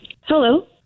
Hello